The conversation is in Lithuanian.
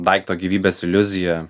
daikto gyvybės iliuziją